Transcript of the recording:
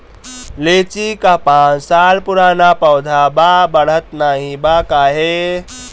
लीची क पांच साल पुराना पौधा बा बढ़त नाहीं बा काहे?